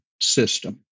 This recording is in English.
system